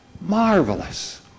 marvelous